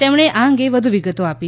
તેમણે આ અંગે વધુ વિગતો આપી